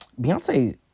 Beyonce